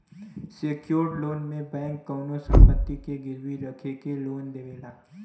secured loan में bank कउनो संपत्ति के गिरवी रखके लोन देवला